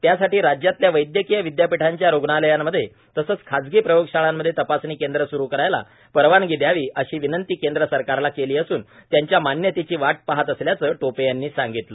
त्यासाठी राज्यातल्या वैद्यकीय विद्यापीठांच्या रुग्णालयांमध्ये तसंच खाजगी प्रयोगशाळांमध्ये तपासणी केंद्र सुरु करायला परवानगी दयावी अशी विनंती केंद्र सकारला केली असून त्यांच्या मान्यतेची वाट पाहत असल्याचं टोपे यांनी सांगितलं